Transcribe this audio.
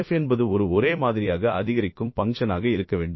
f என்பது ஒரு ஒரே மாதிரியாக அதிகரிக்கும் பங்க்ஷனாக இருக்க வேண்டும்